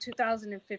2015